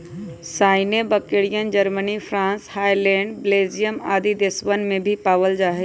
सानेंइ बकरियन, Germany, France, Holland, Belgium आदि देशवन में भी पावल जाहई